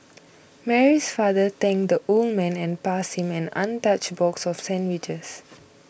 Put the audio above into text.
Mary's father thanked the old man and passed him an untouched box of sandwiches